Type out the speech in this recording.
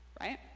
right